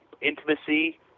Intimacy